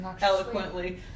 eloquently